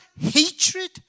hatred